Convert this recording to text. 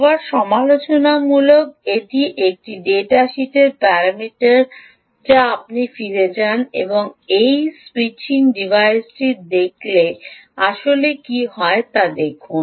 আবার সমালোচনামূলক এটি একটি ডেটা শিটের প্যারামিটার যা আপনি ফিরে যান এবং এই এই স্যুইচিং ডিভাইসটি দেখলে আসলে কী হয় তা দেখুন